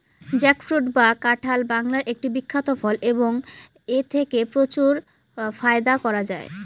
jackfruit বা কাঁঠাল বাংলার একটি বিখ্যাত ফল এবং এথেকে প্রচুর ফায়দা করা য়ায়